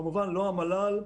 את מה שהוא צריך להחליט,